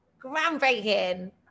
groundbreaking